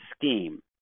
scheme